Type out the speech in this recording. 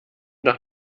doch